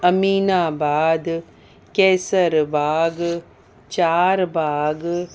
Aminabad Kaiserbagh Charbagh